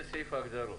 זה סעיף ההגדרות.